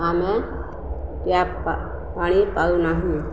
ଆମେ ଟ୍ୟାପ୍ ପା ପାଣି ପାଉନାହିଁ